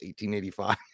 1885